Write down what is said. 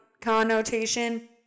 connotation